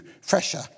fresher